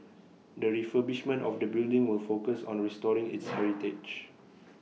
the refurbishment of the building will focus on restoring its heritage